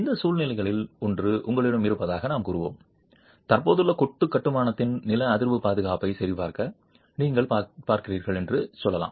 இந்த சூழ்நிலைகளில் ஒன்று உங்களிடம் இருப்பதாக நாம் கூறுவோம் தற்போதுள்ள கொத்து கட்டுமானத்தின் நில அதிர்வு பாதுகாப்பை சரிபார்க்க நீங்கள் பார்க்கிறீர்கள் என்று சொல்லலாம்